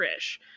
trish